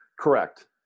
Correct